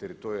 teritorija RH.